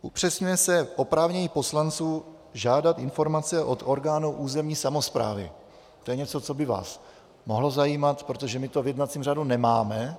Upřesňuje se oprávnění poslanců žádat informace od orgánů územní samosprávy, to je něco, co by vás mohlo zajímat, protože to v jednacím řádu nemáme.